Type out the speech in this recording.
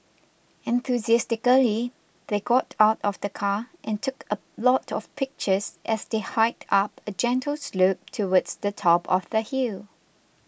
enthusiastically they got out of the car and took a lot of pictures as they hiked up a gentle slope towards the top of the hill